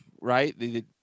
Right